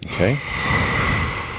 Okay